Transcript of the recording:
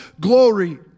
glory